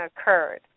occurred